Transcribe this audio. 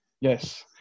Yes